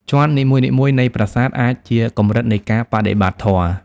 ជាន់នីមួយៗនៃប្រាសាទអាចជាកម្រិតនៃការបដិបត្តិធម៌។